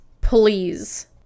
Please